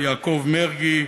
יעקב מרגי,